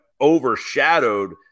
overshadowed